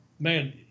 man